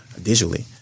digitally